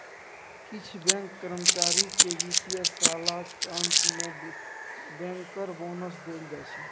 किछ बैंक कर्मचारी केँ बित्तीय सालक अंत मे बैंकर बोनस देल जाइ